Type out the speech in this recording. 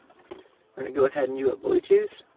we're gonna go ahead and do a bluetooth.